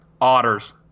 Otters